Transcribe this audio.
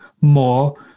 more